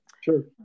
Sure